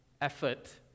effort